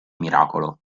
miracolo